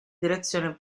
direzione